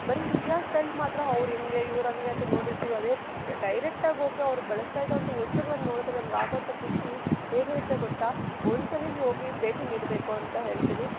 ಬರೀ ಇತಿಹಾಸದಲ್ಲಿ ಮಾತ್ರ ಅವ್ರು ಹಿಂಗೆ ಅವ್ರು ಹಂಗೆ ಅಂತ ನೋಡಿರ್ತಿವಿ ಅದೇ ಡೈರೆಕ್ಟಾಗಿ ಹೋಗಿ ಅವ್ರು ಬಳಸ್ತಾ ಇದ್ದಂಥ ವಸ್ತುಗಳನ್ನು ನೋಡಿದ್ರೆ ನಮ್ಗೆ ಆಗುವಂಥ ಖುಷಿ ಹೇಗಿರತ್ತೆ ಗೊತ್ತಾ ಒಂದು ಸಲ ನೀವು ಹೋಗಿ ಭೇಟಿ ನೀಡಬೇಕು ಅಂತ ಹೇಳ್ತೀನಿ